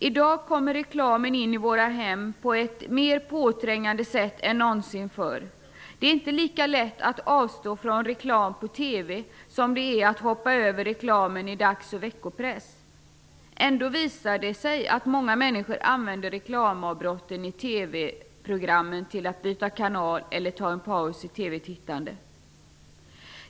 I dag kommer reklamen in i våra hem på ett mer påträngande sätt än någonsin förr. Det är inte lika lätt att avstå från reklam i TV som det är att hoppa över reklamen i dags och veckopress. Ändå visar det sig att många människor använder reklamavbrotten i TV-programmen till att byta kanal eller till en paus i TV-tittandet.